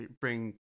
bring